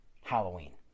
halloween